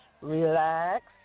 relax